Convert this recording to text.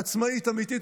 עצמאית אמיתית,